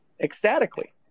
ecstatically